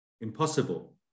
impossible